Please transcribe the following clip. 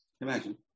Imagine